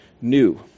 new